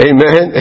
Amen